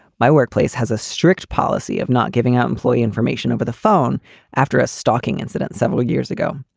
my workplace has a strict policy of not giving out employee information over the phone after a stalking incident several years ago.